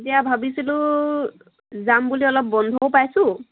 এতিয়া ভাবিছিলোঁ যাম বুলি অলপ বন্ধও পাইছোঁ